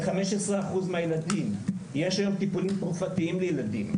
ל-15% מהילדים יש היום טיפולים תרופתיים לילדים.